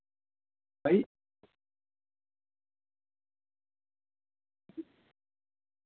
हां जी